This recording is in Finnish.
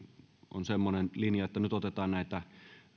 on semmoinen linja että otetaan näitä